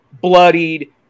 bloodied